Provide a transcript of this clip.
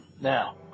Now